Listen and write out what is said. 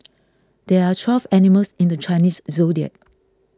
there are twelve animals in the Chinese zodiac